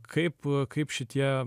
kaip kaip šitie